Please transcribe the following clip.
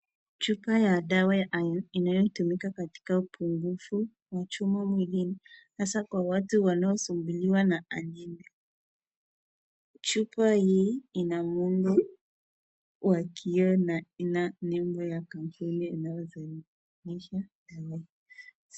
Chupa ya dawa ya iron inayotumika katika upungufu wa chuma mwilini has akwa watu wanaosumbuliwa na anaemia, chupa hii ina muundo wa kioo na ina nembo ya kampuni inayozalisha dawa hii.